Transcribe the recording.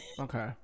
Okay